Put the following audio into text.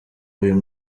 uyu